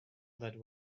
that